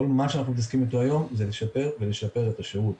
כל מה שאנחנו מתעסקים איתו היום זה לשפר ולשפר את השירות.